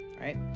right